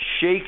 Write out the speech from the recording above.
Shake